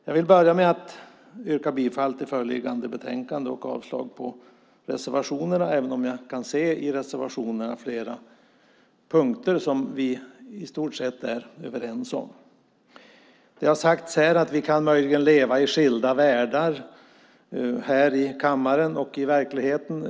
Jag vill börja med att yrka bifall till föreliggande förslag och avslag på reservationerna, även om jag kan se i reservationerna flera punkter som vi i stort sett är överens om. Det har sagts här att vi möjligen lever i skilda världar här i kammaren och i verkligheten.